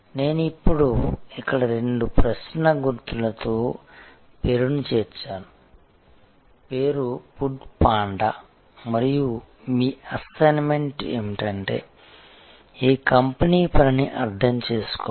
నేను ఇప్పుడు ఇక్కడ రెండు ప్రశ్న గుర్తులలో పేరుని చేర్చాను పేరు ఫుడ్ పాండా మరియు మీ అసైన్మెంట్ ఏమిటంటే ఈ కంపెనీ పనిని అర్థం చేసుకోవడం